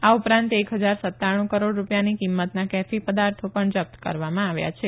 આ ઉપરાંત એક હજાર સત્તાણુ કરોડ રૂપિયાની કિંમતના કેફી પદાર્થો પણ જપ્ત કરવામાં આવ્યા છે